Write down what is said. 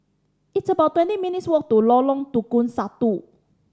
it's about twenty minutes' walk to Lorong Tukang Satu